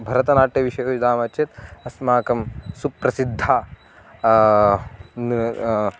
भरतनाट्यविषये वदामः चेत् अस्माकं सुप्रसिद्धा